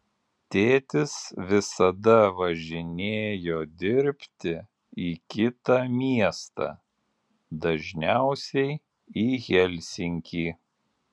tėtis visada važinėjo dirbti į kitą miestą dažniausiai į helsinkį